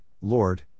Lord